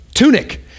tunic